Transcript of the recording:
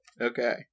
okay